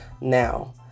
now